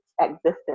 existence